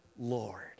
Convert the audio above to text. Lord